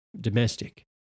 domestic